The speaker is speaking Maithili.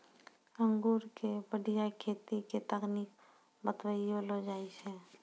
अंगूर के बढ़िया खेती के तकनीक बतइलो जाय छै